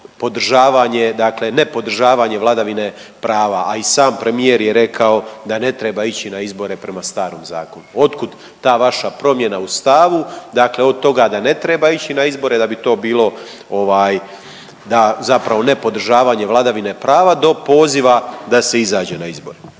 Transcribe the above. ne podržavanje vladavine prava, a i sam premijer je rekao da ne treba ići na izbore prema starom zakonu? Od kud ta vaša promjena u stavu od toga da ne treba ići na izbore da bi to bilo da zapravo nepodržavanje vladavine prava do poziva da se izađe na izbore?